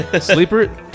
Sleeper